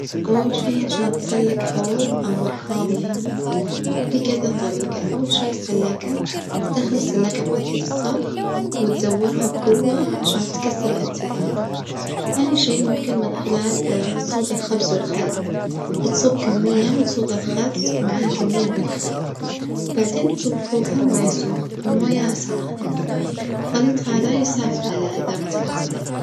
أول شي عشان تسلك حوظ أو مرحاظ يعني في كذا طريجة أول شي سلاكة، تدخل السلاكة في فتحة الصرف وتدورها بجوة عشان تكسر الانسداد، ثاني شي ممكن من خلال صودا الخبز والخل بتصب كمية من صودا الخبز معاها كمية من الخل بعدين بتصب فوجها موية سخن ماية ساخنة، الخليط هذا يساعد على إذابة الإنسداد.